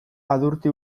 adurti